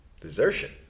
Desertion